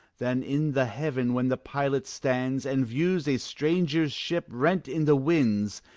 than in the haven when the pilot stands, and views a stranger's ship rent in the winds,